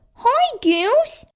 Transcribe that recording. hi girls!